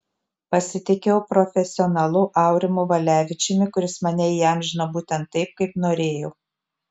pasitikėjau profesionalu aurimu valevičiumi kuris mane įamžino būtent taip kaip norėjau